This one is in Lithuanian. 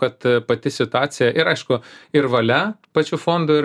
kad pati situacija ir aišku ir valia pačių fondų ir